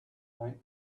night